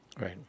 right